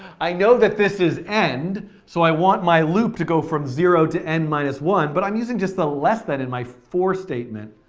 i know that this is end, so i want my loop to go from zero to end minus one. but i'm using just the less than in my for statement,